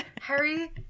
harry